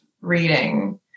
reading